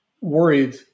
worried